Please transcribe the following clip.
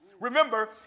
Remember